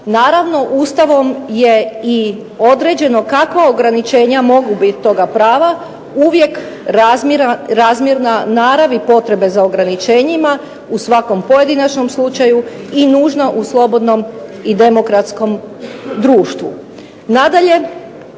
Naravno Ustavom je i određeno kakva ograničenja mogu biti toga prava, uvijek razmjerna narav i potrebe za ograničenjima u svakom pojedinačnom slučaju, i nužno u slobodnom i demokratskom društvu.